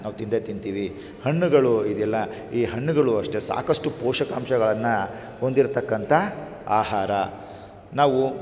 ನಾವು ತಿಂದೇ ತಿಂತೀವಿ ಹಣ್ಣುಗಳು ಇದೆಯಲ್ಲ ಈ ಹಣ್ಣುಗಳೂ ಅಷ್ಟೇ ಸಾಕಷ್ಟು ಪೋಷಕಾಂಶಗಳನ್ನು ಹೊಂದಿರತಕ್ಕಂಥ ಆಹಾರ ನಾವು